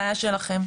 בעיה שלכם.